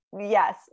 Yes